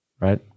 right